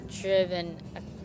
driven